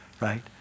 right